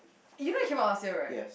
you know he came out last year right